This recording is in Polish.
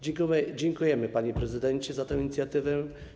Dziękujemy, panie prezydencie, za tę inicjatywę.